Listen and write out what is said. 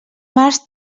març